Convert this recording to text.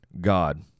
God